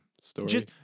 Story